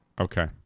okay